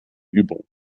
übung